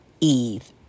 Eve